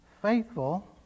Faithful